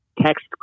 text